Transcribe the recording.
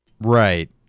Right